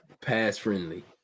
pass-friendly